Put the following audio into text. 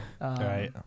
Right